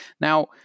Now